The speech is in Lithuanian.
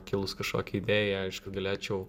kilus kažkokiai idėjai aišku galėčiau